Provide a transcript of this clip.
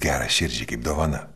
gera širdžiai kaip dovana